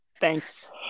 Thanks